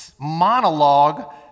monologue